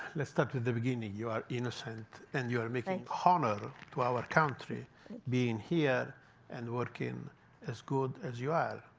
let's start with the beginning. you are innocent, and you are making honor to our country being here and working as good as you are.